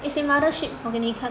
it's in Mothership 我给你看